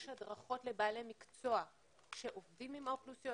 יש הדרכות לבעלי מקצוע שעובדים עם האוכלוסיות